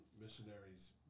missionaries